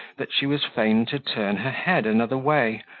that she was fain to turn her head another way,